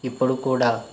ఇప్పుడు కూడా